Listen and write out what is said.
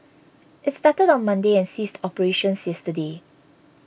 it started on Monday and ceased operations yesterday